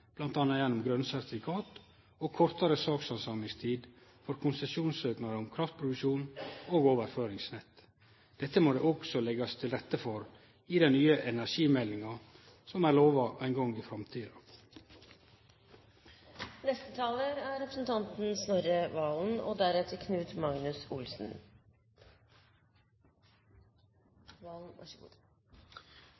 bl.a. gjennom grøne sertifikat og kortare sakshandsamingstid for konsesjonssøknader om kraftproduksjon og overføringsnett. Dette må det også leggjast til rette for i den nye energimeldinga som er lova ein gong i framtida. Innledningsvis må jeg jo si at det er interessant å høre statsråden bli belært om forsyningssikkerhet og